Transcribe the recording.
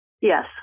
Yes